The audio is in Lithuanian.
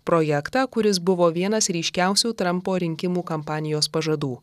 projektą kuris buvo vienas ryškiausių trampo rinkimų kampanijos pažadų